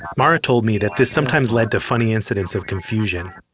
mara told me that this sometimes led to funny incidents of confusion.